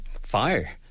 fire